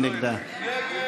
מי נגדה?